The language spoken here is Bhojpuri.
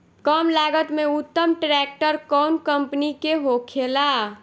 कम लागत में उत्तम ट्रैक्टर कउन कम्पनी के होखेला?